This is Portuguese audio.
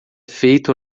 feito